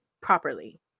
properly